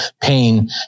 pain